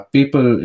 People